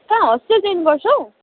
कहाँ होस्टेल जइन गर्छौ